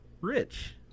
Rich